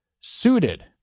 suited